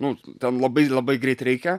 nu ten labai labai greit reikia